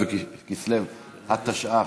סדר-היום.